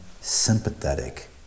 sympathetic